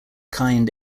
kind